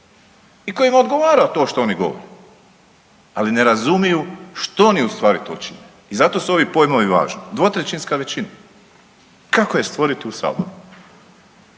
i kojima odgovara to što oni govore, ali ne razumiju što oni ustvari tu čine. I zato su ovi pojmovi dvotrećinska većina kako je stvoriti u Saboru